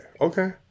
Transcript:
Okay